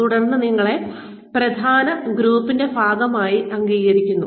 തുടർന്ന് നിങ്ങളെ പ്രധാന ഗ്രൂപ്പിന്റെ ഭാഗമായി അംഗീകരിക്കുന്നു